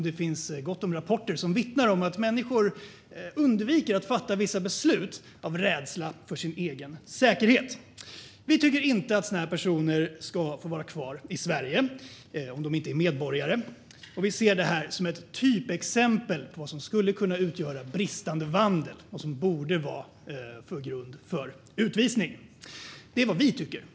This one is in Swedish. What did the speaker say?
Det finns gott om rapporter som vittnar om att människor undviker att fatta vissa beslut av rädsla för sin egen säkerhet. Vi tycker inte att sådana här personer ska få vara kvar i Sverige, om de inte är medborgare. Vi ser detta som ett typexempel på vad som skulle kunna utgöra bristande vandel och borde vara grund för utvisning. Det är vad vi tycker.